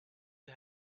you